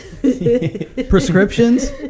Prescriptions